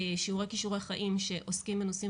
שיעורי כישורי חיים שעוסקים בנושאים